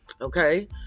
Okay